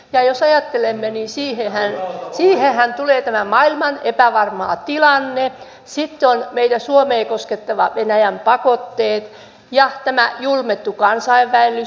ja jos ajattelemme niin siihenhän tulee tämä maailman epävarma tilanne sitten on suomea koskettavat venäjän pakotteet ja tämä julmettu kansainvaellus